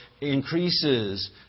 increases